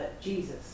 Jesus